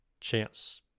chance